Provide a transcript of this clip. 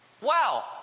wow